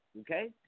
okay